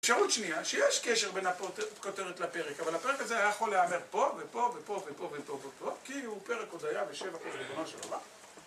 אפשרות שנייה, שיש קשר בין הפרק, הכותרת לפרק, אבל הפרק הזה יכול להיאמר פה, ופה, ופה, ופה, ופה, ופה, כי הוא פרק הודיה ושבח לריבונו של עולם.